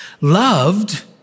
Loved